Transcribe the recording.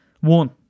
one